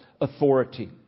authority